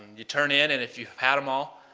you turn in and if you've had them all,